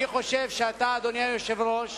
אני חושב שאתה, אדוני היושב-ראש,